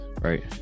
right